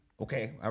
Okay